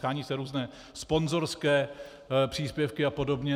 Shání se různé sponzorské příspěvky apod.